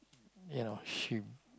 you know she'll